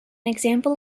example